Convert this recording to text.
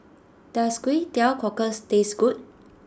does Kway Teow Cockles taste good